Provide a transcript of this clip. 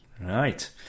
Right